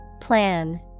Plan